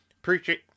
Appreciate